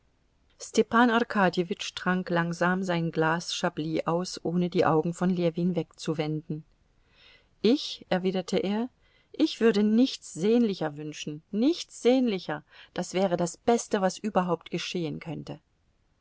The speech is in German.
arkadjewitsch trank langsam sein glas chablis aus ohne die augen von ljewin wegzuwenden ich erwiderte er ich würde nichts sehnlicher wünschen nichts sehnlicher das wäre das beste was überhaupt geschehen könnte